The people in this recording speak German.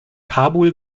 kabul